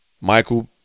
Michael